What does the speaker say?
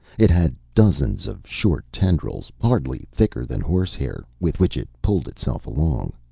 it had dozens of short tendrils, hardly thicker than horsehair, with which it pulled itself along.